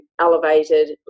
elevated